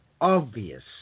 obvious